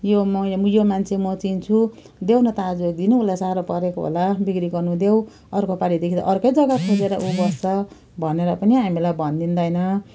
यो म यो यो मान्छे म चिन्छु देऊ न त आजको दिन उसलाई साह्रो परेको होला बिक्री गर्नदेऊ अर्कोपालिदेखि त अर्कै जग्गा खोजेर ऊ बस्छ भनेर पनि हामीलाई भनिदिँदैन